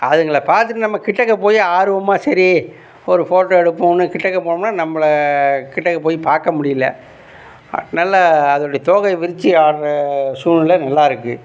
அதுங்களை பார்த்துட்டு நம்ம கிட்டக்க போயி ஆர்வமாக சரி ஒரு ஃபோட்டோ எடுப்போம்னு கிட்டக்க போனோம்னா நம்பளை கிட்டக்க போய் பார்க்க முடியலை அ நல்லா அதனுடைய தோகையை விரிச்சு ஆடுற சூழ்நிலை நல்லா இருக்குது